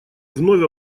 вновь